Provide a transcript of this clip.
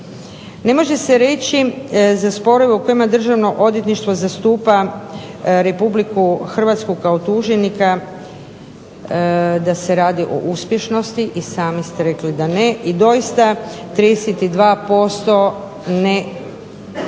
Ne može se reći za sporove u kojima Državno odvjetništvo zastupa RH kao tuženika da se radi o uspješnosti. I sami ste rekli da ne. I doista 32% ne